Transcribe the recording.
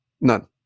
None